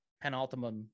penultimate